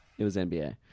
it was the nba.